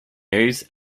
news